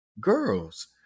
girls